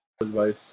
advice